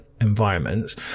environments